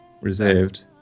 reserved